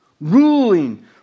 ruling